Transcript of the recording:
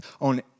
on